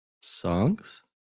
songs